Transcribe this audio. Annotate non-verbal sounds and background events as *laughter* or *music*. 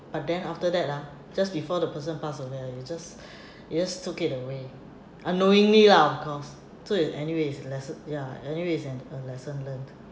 but then after that ah just before the person pass away ah you just *breath* you just took it away unknowingly lah of course so in anyway a lesson ya in anyway a lesson learnt